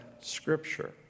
scripture